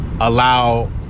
allow